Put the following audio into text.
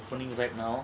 pulling back now